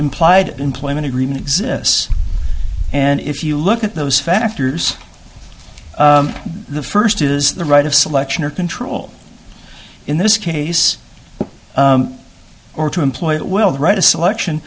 implied employment agreement exists and if you look at those factors the first is the right of selection or control in this case or to employ it will write a selection